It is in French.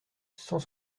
cent